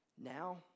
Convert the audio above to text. Now